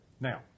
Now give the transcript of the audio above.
Now